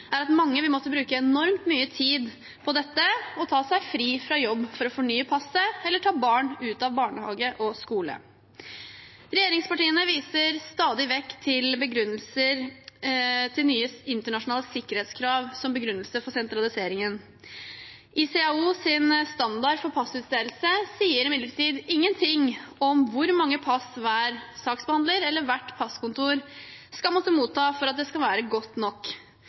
er at mange vil måtte bruke enormt mye tid på dette, ta seg fri fra jobb for å fornye passet eller ta barn ut av barnehage og skole. Regjeringspartiene viser stadig vekk til nye internasjonale sikkerhetskrav som begrunnelse for sentraliseringen. The International Civil Aviation Organization, ICAOs standard for passutstedelse sier imidlertid ingenting om hvor mange pass hver saksbehandler eller hvert passkontor skal måtte motta for at det skal være godt nok.